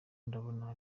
ndabona